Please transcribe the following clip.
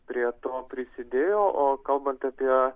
prie to prisidėjo o kalbant apie